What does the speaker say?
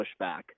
pushback